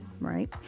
right